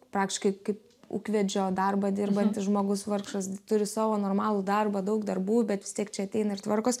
praktiškai kaip ūkvedžiojo darbą dirbantis žmogus vargšas turi savo normalų darbą daug darbų bet vis tiek čia ateina ir tvarkos